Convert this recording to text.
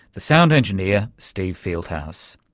the sound engineer steve fieldhouse.